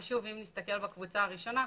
אם נסתכל בקבוצה הראשונה,